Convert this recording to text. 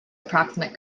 approximate